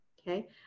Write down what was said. Okay